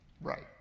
Right